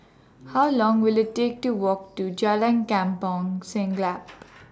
How Long Will IT Take to Walk to Jalan Kampong Siglap